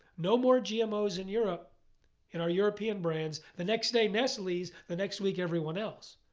no more gmos in europe and our european brands. the next day, nestle's. the next week, everyone else.